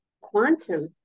quantum